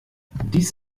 dies